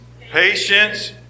patience